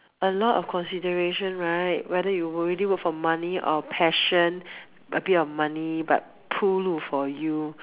a lot of consideration right whether you really work for money or passion a bit of money but 铺路 for you